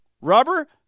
rubber